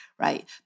right